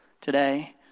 today